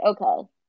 okay